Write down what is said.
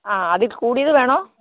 ആ അതിൽ കൂടിയത് വേണോ